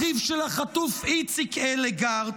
אחיו של החטוף איציק אלגרט,